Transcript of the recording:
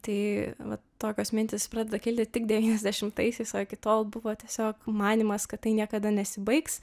tai vat tokios mintys pradeda kilti tik devyniasdešimtaisiais o iki tol buvo tiesiog manymas kad tai niekada nesibaigs